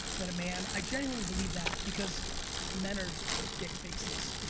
than a man. i genuinely believe that because men are dick faces,